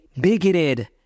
bigoted